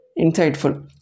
Insightful